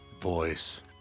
voice